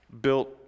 built